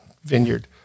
vineyard